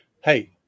hey